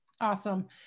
Awesome